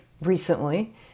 recently